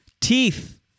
teeth